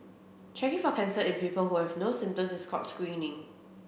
checking for cancer in people who have no symptoms is called screening